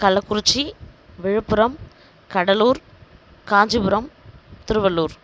Kallakurichi Villupuram Cuddalore Kanchipuram Tiruvallur